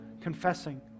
confessing